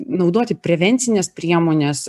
naudoti prevencines priemones